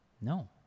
No